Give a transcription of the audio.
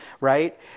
right